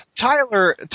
Tyler